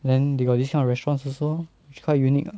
then they got this kind of restaurants also lor which is quite unique ah